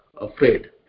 afraid